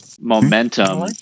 momentum